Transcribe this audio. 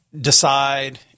decide